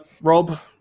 Rob